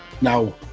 now